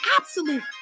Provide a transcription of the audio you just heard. absolute